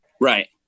Right